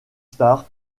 starr